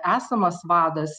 esamas vadas